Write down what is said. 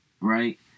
right